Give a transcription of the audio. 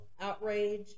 outrage